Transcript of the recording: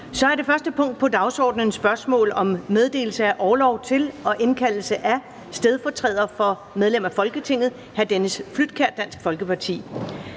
--- Det første punkt på dagsordenen er: 1) Spørgsmål om meddelelse af orlov til og indkaldelse af stedfortræder for medlem af Folketinget Dennis Flydtkjær (DF). Kl.